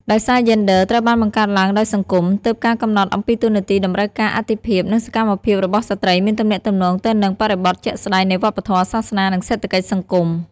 ដោយសារយេនឌ័រ ត្រូវបានបង្កើតឡើងដោយសង្គម ទើបការកំណត់អំពីតួនាទីតម្រូវការអាទិភាព និងសកម្មភាពរបស់ស្រ្តីមានទំនាក់ទំនងទៅនឹងបរិបទជាក់ស្តែងនៃវប្បធម៌ សាសនា និងសេដ្ឋកិច្ចសង្គម ។